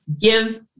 give